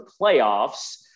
playoffs